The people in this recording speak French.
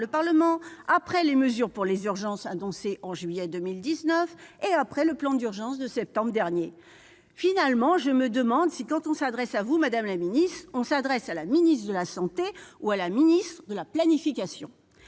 le Parlement ; après les mesures pour les urgences annoncées en juillet 2019 ; et après le plan d'urgence de septembre dernier. Finalement, je me demande si s'adresser à vous, madame la ministre, revient à s'adresser à la ministre de la santé ou à la ministre de la planification